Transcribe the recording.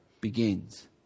begins